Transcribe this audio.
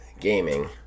Gaming